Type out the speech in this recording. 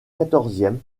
quatorzième